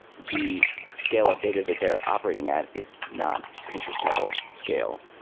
the scale of data that they are operating at is not pinterest level scale.